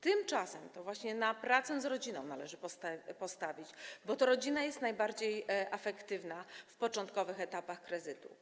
Tymczasem to właśnie na pracę z rodziną należy postawić, bo to rodzina jest najbardziej afektywna w początkowych etapach kryzysu.